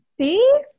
See